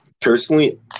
personally